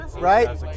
right